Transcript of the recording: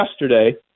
yesterday